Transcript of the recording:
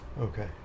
Okay